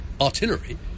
artillery